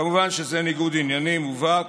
כמובן שזה ניגוד עניינים מובהק.